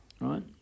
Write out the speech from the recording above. right